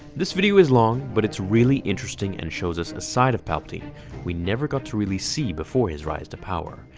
this video is long, but it's really interesting and shows us a side of palpatine we never got to really see before his rise to power,